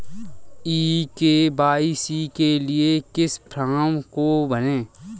ई KYC के लिए किस फ्रॉम को भरें?